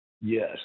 Yes